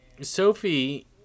Sophie